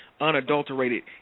Unadulterated